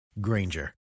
Granger